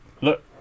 look